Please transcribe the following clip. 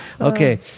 Okay